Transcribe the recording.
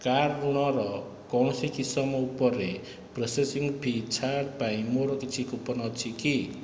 car ଋଣର କୌଣସି କିସମ ଉପରେ ପ୍ରସେସିଂ ଫି ଛାଡ଼ ପାଇଁ ମୋର କିଛି କୁପନ୍ ଅଛି କି